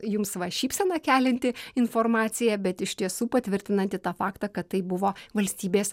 jums va šypseną kelianti informacija bet iš tiesų patvirtinanti tą faktą kad tai buvo valstybės